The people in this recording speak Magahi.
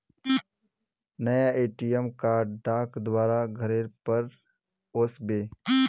नया ए.टी.एम कार्ड डाक द्वारा घरेर पर ओस बे